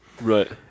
Right